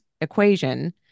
equation